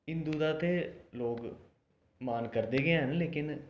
हिंदू दा ते लोग मान करदे गै न लेकिन